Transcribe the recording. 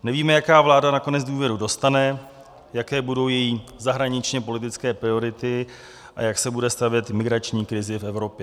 Nevíme, jaká vláda nakonec důvěru dostane, jaké budou její zahraničněpolitické priority a jak se bude stavět k migrační krizi v Evropě.